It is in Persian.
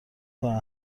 کنن